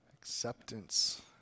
Acceptance